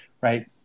Right